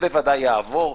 ובוודאי יעבור,